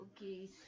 okay